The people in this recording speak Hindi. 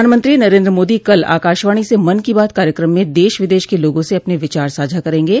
प्रधानमंत्री नरेन्द्र मोदी कल आकाशवाणी से मन की बात कार्यक्रम में देश विदेश के लोगों से अपने विचार साझा करेंगे